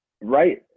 right